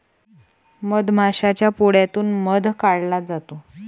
मधमाशाच्या पोळ्यातून मध काढला जातो